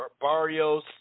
Barrios